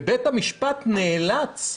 ובית המשפט נאלץ,